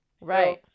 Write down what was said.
Right